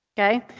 okay.